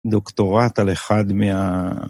דוקטורט על אחד מה...